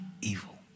evil